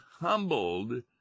humbled